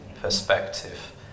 perspective